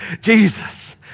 jesus